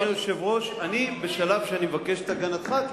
אדוני היושב-ראש, בשלב זה אני מבקש את הגנתך.